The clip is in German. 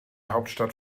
hauptstadt